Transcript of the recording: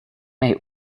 may